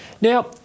Now